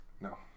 No